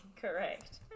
Correct